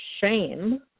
shame